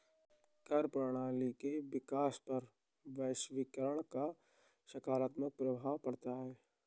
कर प्रणालियों के विकास पर वैश्वीकरण का सकारात्मक प्रभाव पढ़ता है